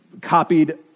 copied